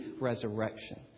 resurrection